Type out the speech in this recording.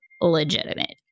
legitimate